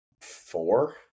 four